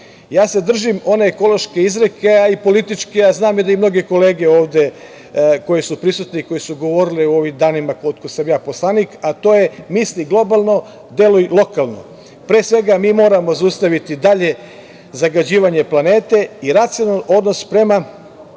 se držim one ekološke izreke, a i političke, a znam i da mnoge kolege ovde koje su prisutne i koji su govorili u ovim danima od kada sam ja poslanik, a to je – misli globalno, deluj lokalno. Pre svega, mi moramo zaustaviti dalje zagađivanje planete i racionalan odnos prema